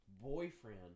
boyfriend